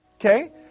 Okay